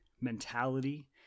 mentality